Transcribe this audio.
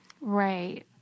Right